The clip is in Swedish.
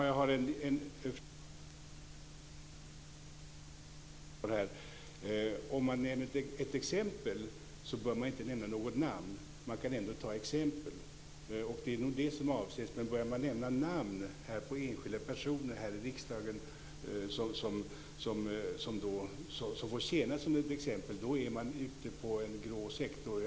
Fru talman! Om man nämner ett exempel bör man inte nämna något namn, man kan ändå ta ett exempel. Det är nog det som avses. Börjar man här i riksdagen att nämna namn på enskilda personer som får tjäna som exempel är man ute i en grå sektor.